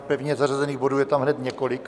Pevně zařazených bodů je tam hned několik.